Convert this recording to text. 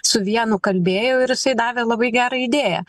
su vienu kalbėjau ir jisai davė labai gerą idėją